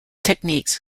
techniques